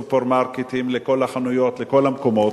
הסופרמרקטים, לכל החנויות, לכל המקומות,